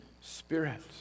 spirit